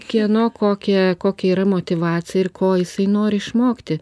kieno kokia kokia yra motyvacija ir ko jisai nori išmokti